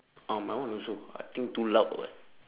oh my one also I think too loud or what